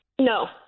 No